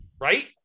right